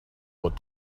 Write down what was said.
what